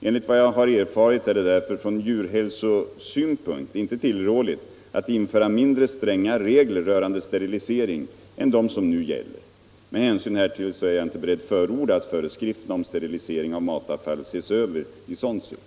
Enligt vad jag har erfarit är det därför från djurhälsosynpunkt inte tillrådligt att införa mindre stränga regler rörande sterilisering än de som nu gäller. Med hänsyn härtill är jag inte beredd förorda att föreskrifterna om sterilisering av matavfall ses över i sådant syfte.